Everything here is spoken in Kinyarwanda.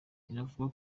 iravuga